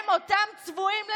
הם, אותם צבועים למיניהם,